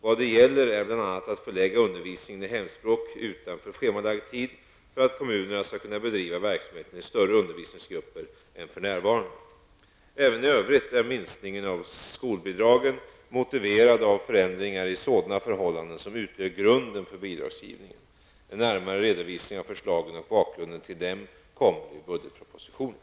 Vad det gäller är bl.a. att förlägga undervisningen i hemspråk utanför schemalagd tid för att kommunerna skall kunna bedriva verksamheten i större undervisningsgrupper än för närvarande. Även i övrigt är minskningen av skolbidragen motiverade av förändringar i sådana förhållanden som utgör grunden för bidragsgivningen. En närmare redovisning av förslagen och bakgrunden till dem kommer i budgetpropositionen.